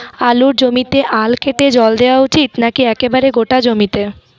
আলুর জমিতে আল কেটে জল দেওয়া উচিৎ নাকি একেবারে গোটা জমিতে?